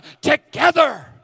together